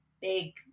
big